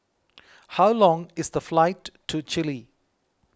how long is the flight to Chile